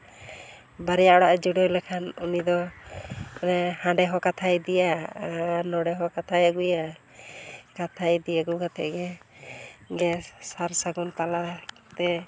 ᱵᱟᱨᱭᱟ ᱚᱲᱟᱜ ᱮᱭ ᱡᱩᱲᱟᱹᱣ ᱞᱮᱠᱷᱟᱱ ᱩᱱᱤ ᱫᱚ ᱦᱟᱸᱰᱮ ᱦᱚᱸ ᱠᱟᱛᱷᱟᱭ ᱤᱫᱤᱭᱟ ᱟᱨ ᱱᱚᱸᱰᱮ ᱦᱚᱸ ᱠᱟᱛᱷᱟᱭ ᱟᱹᱜᱩᱭᱟ ᱠᱟᱛᱷᱟᱭ ᱤᱫᱤ ᱟᱹᱜᱩ ᱠᱟᱛᱮᱫ ᱜᱮ ᱱᱮᱥ ᱥᱟᱨᱼᱥᱟᱹᱜᱩᱱ ᱛᱟᱞᱟᱛᱮ